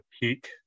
peak